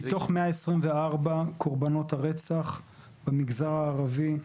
מתוך 124 קורבנות הרצח במגזר הערבי,